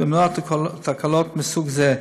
ולמנוע תקלות מסוג זה.